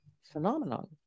phenomenon